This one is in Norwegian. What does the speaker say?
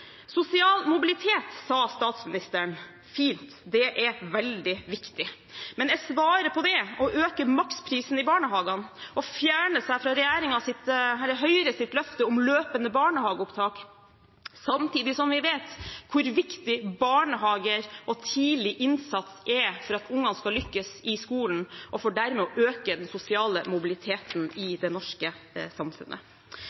Sosial mobilitet, sa statsministeren – fint, det er veldig viktig. Men er svaret på det å øke maksprisen i barnehagene og fjerne seg fra Høyres løfte om løpende barnehageopptak, samtidig som vi vet hvor viktig barnehager og tidlig innsats er for at barna skal lykkes i skolen, og for dermed å øke den sosiale mobiliteten